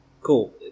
Cool